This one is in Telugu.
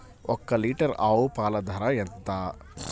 ఒక్క లీటర్ ఆవు పాల ధర ఎంత?